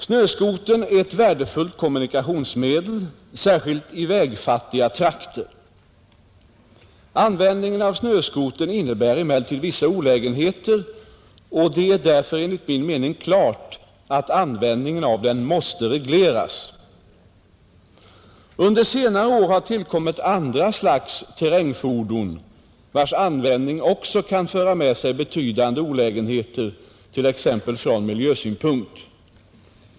Snöskotern är ett värdefullt kommunikationsmedel, särskilt i vägfattiga trakter. Användningen av snöskotern innebär emellertid vissa olägenheter, och det är därför enligt min mening klart att användningen av den måste regleras. Under senare år har tillkommit andra slags terrängfordon, vilkas användning också kan föra med sig betydande olägenheter, t.ex. från miljösynpunkt.